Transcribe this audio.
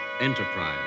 Enterprise